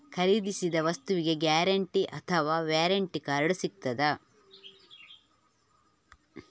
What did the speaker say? ಖರೀದಿಸಿದ ವಸ್ತುಗೆ ಗ್ಯಾರಂಟಿ ಅಥವಾ ವ್ಯಾರಂಟಿ ಕಾರ್ಡ್ ಸಿಕ್ತಾದ?